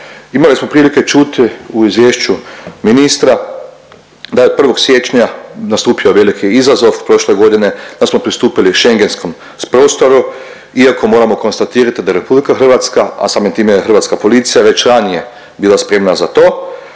Imali smo prilike čuti u izvješću ministra da je od 1. siječnja nastupio veliki izazov prošle godine, da smo pristupili Schengenskom prostoru iako moramo konstatirati da RH, a samim time i Hrvatska policija već ranije bila spremna za to